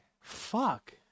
Fuck